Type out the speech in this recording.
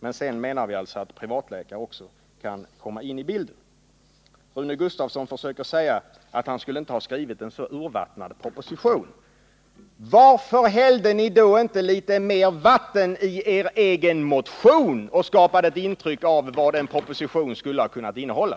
Men sedan menar vi att också privatläkare kan komma in i bilden. Rune Gustavsson försökte säga att han inte skulle ha skrivit en så urvattnad proposition. Varför hällde ni då inte litet mer vatten i er egen motion och skapade en föreställning om vad en proposition skulle ha kunnat innehålla?